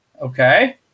Okay